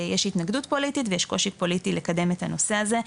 יש התנגדות פוליטית ויש קושי פוליטי לקדם את הנושא הזה,